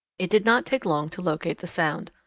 it did not take long to locate the sound.